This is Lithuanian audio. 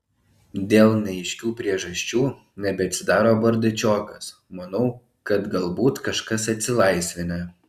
dėl neaiškių priežasčių nebeatsidaro bardačiokas manau kad galbūt kažkas atsilaisvinę